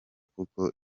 kuko